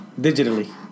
digitally